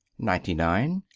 ninety nine.